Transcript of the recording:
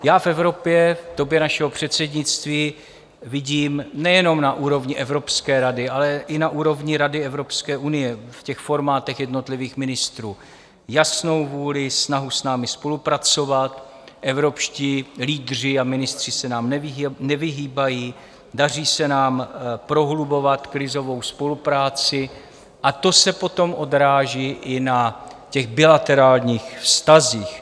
Já v Evropě v době našeho předsednictví vidím nejen na úrovni Evropské rady, ale i na úrovni Rady Evropské unie, v těch formátech jednotlivých ministrů, jasnou vůli, snahu s námi spolupracovat, evropští lídři a ministři se nám nevyhýbají, daří se nám prohlubovat krizovou spolupráci a to se potom odráží i na bilaterálních vztazích.